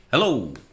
Hello